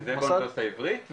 באוניברסיטה העברית,